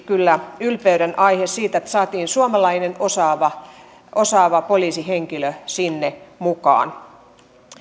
kyllä yksi ylpeydenaihe että saatiin suomalainen osaava osaava poliisihenkilö sinne mukaan